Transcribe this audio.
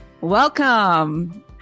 Welcome